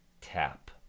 tap